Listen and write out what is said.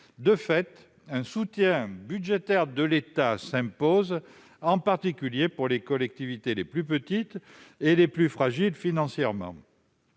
De fait, un soutien budgétaire de l'État s'impose, en particulier pour les collectivités les plus petites et les plus fragiles financièrement.